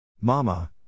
Mama